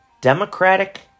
Democratic